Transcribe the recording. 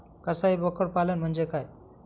कसाई बोकड पालन म्हणजे काय?